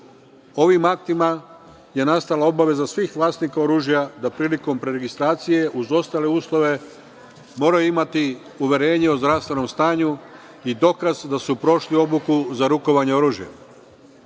Ovim aktima je nastala obaveza svih vlasnika oružja da prilikom preregistracije, uz ostale uslove, moraju imati uverenje o zdravstvenom stanju i dokaz da su prošli obuku za rukovanje oružjem. Ovo